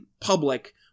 public